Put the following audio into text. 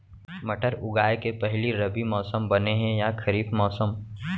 मटर उगाए के लिए रबि मौसम बने हे या खरीफ मौसम?